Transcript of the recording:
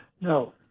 No